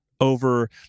over